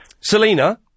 Selena